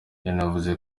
yanavuze